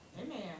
Amen